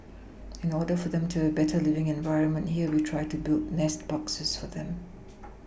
in order for them to have a better living environment here we try to build nest boxes for them